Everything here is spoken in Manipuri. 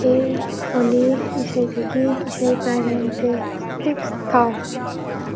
ꯍꯦ ꯑꯣꯜꯂꯦ ꯏꯁꯩꯗꯒꯤ ꯏꯁꯩ ꯄꯔꯦꯡ ꯊꯥꯎ